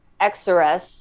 XRS